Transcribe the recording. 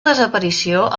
desaparició